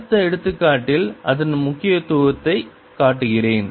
அடுத்த எடுத்துக்காட்டில் அதன் முக்கியத்துவத்தைக் காட்டுகிறேன்